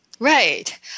Right